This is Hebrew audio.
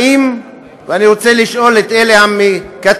האם, ואני רוצה לשאול את אלה המקטרגים,